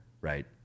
right